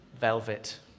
Velvet